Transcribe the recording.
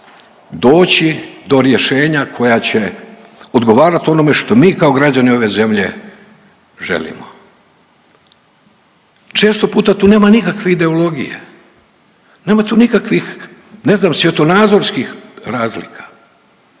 doći do rješenja koja će odgovarati onome što mi kao građani ove zemlje želimo. Često puta tu nema nikakve ideologije, nema tu nikakvih ne znam svjetonazorskih razlika,